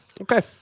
okay